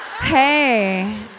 Hey